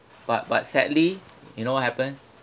but but sadly you know what happen